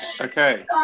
Okay